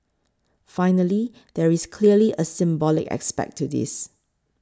finally there is clearly a symbolic aspect to this